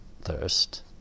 thirst